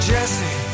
Jesse